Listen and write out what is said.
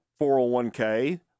401k